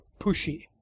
pushy